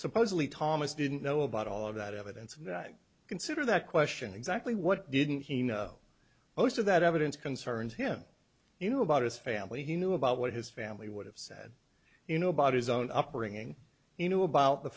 supposedly thomas didn't know about all of that evidence and i consider that question exactly what didn't he know most of that evidence concerns him you know about his family he knew about what his family would have said you know about his own upbringing you know about the